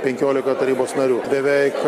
penkiolika tarybos narių beveik